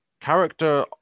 character